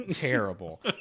terrible